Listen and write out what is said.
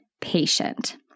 patient